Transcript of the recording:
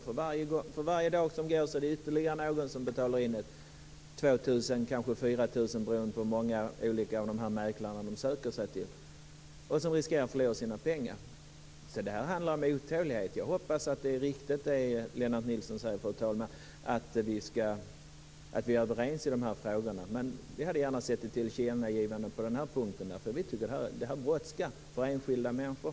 För varje dag som går är det ytterligare någon som betalar in 2 000 eller kanske 4 000 kr, beroende på hur många av de här mäklarna som man söker sig till, och riskerar att förlora dessa pengar. Jag hoppas, fru talman, att det är riktigt, som Lennart Nilsson säger, att vi är överens i de här frågorna. Vi hade gärna sett ett tillkännagivande på den här punkten, eftersom det brådskar för enskilda människor.